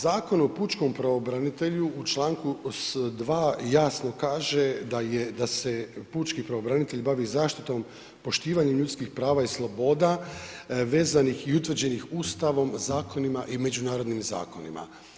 Zakon o pučkom pravobranitelju u čl. 2 jasno kaže da se pučki pravobranitelj bavi zaštitom, poštivanju ljudskih prava i sloboda vezanih i utvrđenih Ustavom, zakonima i međunarodnim zakonima.